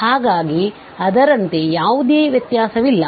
ಹಾಗಾಗಿ ಅದರಂತೆ ಯಾವುದೇ ವ್ಯತ್ಯಾಸವಿಲ್ಲ